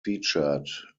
featured